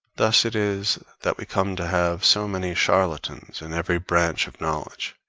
thus it is that we come to have so many charlatans in every branch of knowledge.